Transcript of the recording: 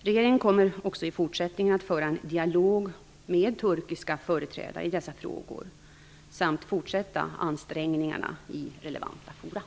Regeringen kommer också i fortsättningen att föra en dialog med turkiska företrädare i dessa frågor samt fortsätta ansträngningarna i relevanta forum.